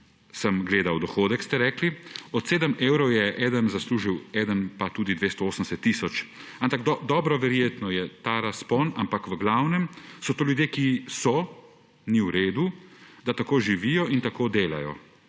sem gledal dohodek,« ste rekli, »od 7 evrov je eden zaslužil, eden pa tudi 280 tisoč. Dobro, verjetno je ta razpon, ampak v glavnem so to ljudje, ki so – ni v redu, da tako živijo in tako delajo.«